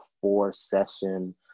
four-session